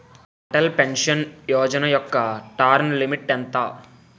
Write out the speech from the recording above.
Atal pension Yojana యెక్క term limit ఎంత?